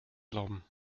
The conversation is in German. erlauben